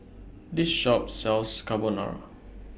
This Shop sells Carbonara